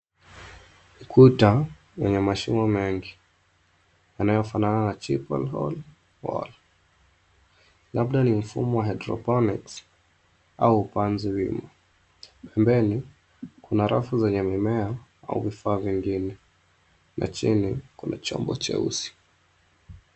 Ukuta wenye mashimo mengi, yanayofanana na chipotle hole wall . Labda ni mfumo wa hydroponics , au upanzi wima. Pembeni, kuna rafu zenye mimea, au vifaa vingine. Na chini, kuna chombo cheusi.